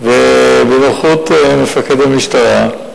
בנוכחות מפקד המשטרה,